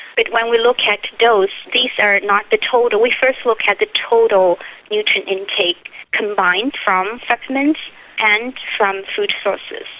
but when we look at dose, these are not the total, we first looked at the total nutrient intake combined from supplements and from food sources.